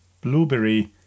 Blueberry